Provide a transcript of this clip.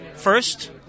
First